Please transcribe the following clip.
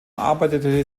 arbeitete